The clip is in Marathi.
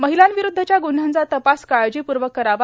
महिलांविरुध्दच्या ग्न्ह्यांचा तपास काळजीपूर्वक करावा